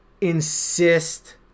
insist